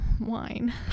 wine